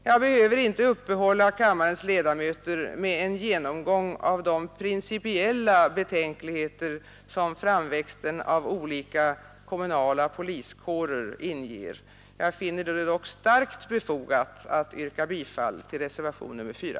Jag behöver inte uppehålla kammarens ledamöter med en genomgång av de principiella betänkligheter som framväxten av olika ”kommunala poliskårer” inger. Jag finner det dock starkt befogat att yrka bifall till reservationen 4.